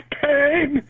pain